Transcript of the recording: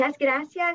gracias